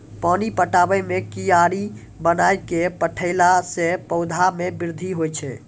पानी पटाबै मे कियारी बनाय कै पठैला से पौधा मे बृद्धि होय छै?